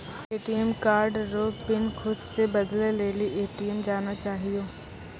ATM card रो PIN खुद से बदलै लेली ए.टी.एम जाना चाहियो